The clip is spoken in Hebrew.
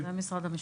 הנקודה ברורה.